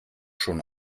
schon